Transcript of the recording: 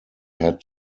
had